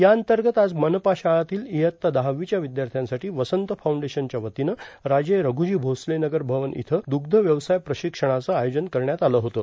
याअंतर्गत आज मनपा शाळांतील इयत्ता दहावीच्या विद्यार्थ्यासाठी वसंत फाऊंडेशनच्या वतीनं राजे रघुजी भोसले नगर भवन इथं द्रग्ध व्यवसाय प्रशिक्षणाचं आयोजन करण्यात आलं होतं